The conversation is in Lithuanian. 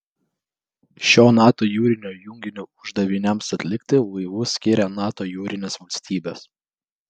šio nato jūrinio junginio uždaviniams atlikti laivus skiria nato jūrinės valstybės